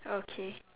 okay